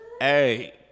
Hey